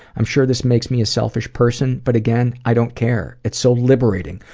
i'm sure this makes me a selfish person, but again, i don't care. it's so liberating,